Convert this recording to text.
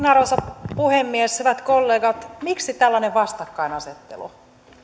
arvoisa puhemies hyvät kollegat miksi tällainen vastakkainasettelu